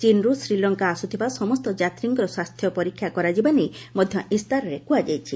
ଚୀନ୍ର୍ ଶ୍ରୀଲଙ୍କା ଆସୁଥିବା ସମସ୍ତ ଯାତ୍ରୀଙ୍କର ସ୍ୱାସ୍ଥ୍ୟ ପରୀକ୍ଷା କରାଯିବା ନେଇ ମଧ୍ୟ ଇସ୍ତାହାରରେ କ୍ରହାଯାଇଛି